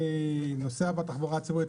אני נוסע בתחבורה הציבורית,